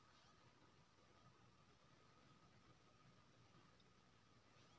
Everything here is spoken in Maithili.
देशक हरेक नागरिककेँ कर केर भूगतान करबाक चाही